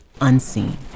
unseen